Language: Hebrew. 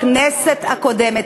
בכנסת הקודמת.